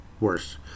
worse